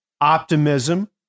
optimism